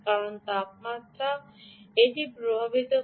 কারণ তাপমাত্রা এটি প্রভাবিত করে